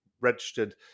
registered